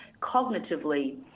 cognitively